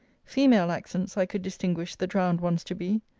female accents i could distinguish the drowned ones to be.